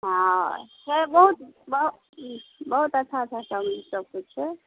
हँ छै बहुत बहुत बहुत अच्छा अच्छा सब सबकिछु छै